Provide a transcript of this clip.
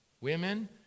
women